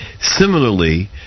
Similarly